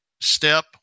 Step